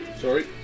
sorry